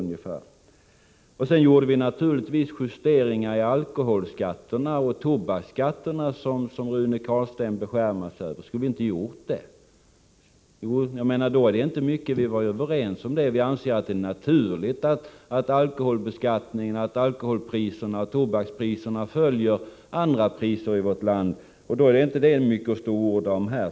Vi gjorde naturligtvis justeringar av skatten på alkohol och tobak, vilket Rune Carlstein nu beskärmar sig över. Skulle vi inte ha gjort det? Vi anser det naturligt att alkoholbeskattningen och priset på alkohol och tobak följer andra priser i vårt land. Då är det inte mycket att stå och orda om här.